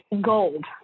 gold